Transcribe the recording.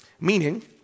meaning